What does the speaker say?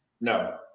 No